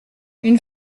une